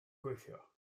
gweithio